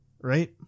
Right